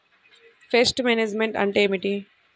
Pest management అంటే ఏమిటి?